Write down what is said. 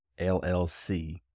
LLC